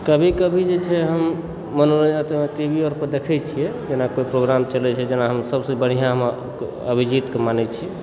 कभी कभी जे छै हम मनोरञ्जन आर टी वी आर पर देखय छियै जेना कोई प्रोग्राम चलय छै जेना अभी सभसँ बढ़िया अभिजीतके मानय छी